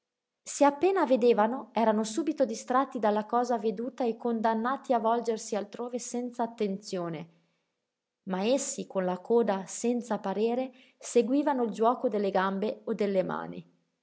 appena appena vedevano eran subito distratti dalla cosa veduta e condannati a volgersi altrove senza attenzione ma essi con la coda senza parere seguivano il giuoco delle gambe o delle mani